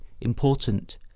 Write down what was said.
important